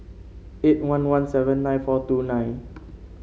eight one one seven nine four two nine